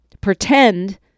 pretend